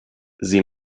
sie